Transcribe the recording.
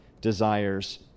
desires